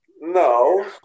No